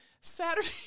Saturday